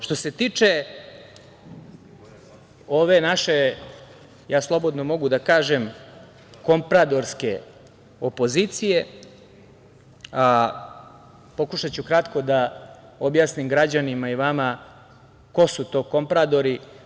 Što se tiče ove naše, ja slobodno mogu da kažem, „kompradorske opozicije“, pokušaću kratko da objasnim građanima i vama ko su to „kompradori“